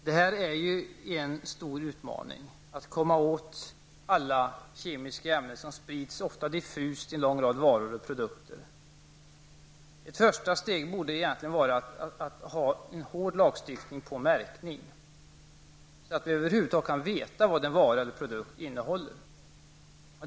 Det är en stor utmaning att komma åt alla kemiska ämnen som sprids, ofta diffust, i en lång rad varor och produkter. Ett första steg borde egentligen vara att ha en hård lagstiftning på märkning, så att vi över huvud taget kan veta vad en vara eller produkt innehåller.